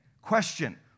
Question